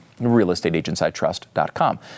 realestateagentsitrust.com